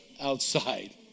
outside